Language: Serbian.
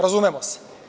Razumemo se.